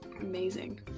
amazing